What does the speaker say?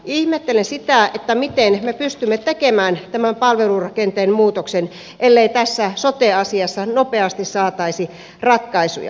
ihmettelen sitä miten me pystymme tekemään tämän palvelurakenteen muutoksen ellei tässä sote asiassa nopeasti saataisi ratkaisuja